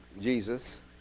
Jesus